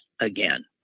again